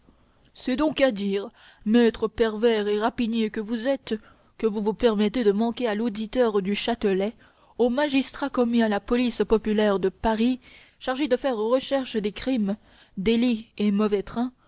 c'est donc à dire maître pervers et rapinier que vous êtes que vous vous permettez de manquer à l'auditeur du châtelet au magistrat commis à la police populaire de paris chargé de faire recherche des crimes délits et mauvais trains